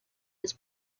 his